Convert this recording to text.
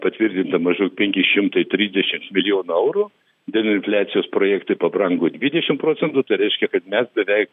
patvirtinta maždaug penki šimtai trisdešimt milijonų eurų dėl infliacijos projektai pabrango dvidešim procentų tai reiškia kad mes beveik